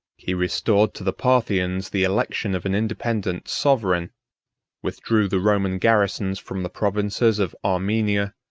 he restored to the parthians the election of an independent sovereign withdrew the roman garrisons from the provinces of armenia,